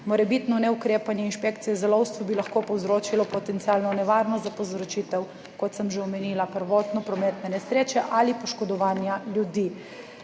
Morebitno neukrepanje inšpekcije za lovstvo bi lahko povzročilo potencialno nevarnost za povzročitev, kot sem že omenila, prvotno prometne nesreče ali poškodovanja ljudi.